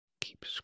keep